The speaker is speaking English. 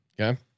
Okay